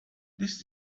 this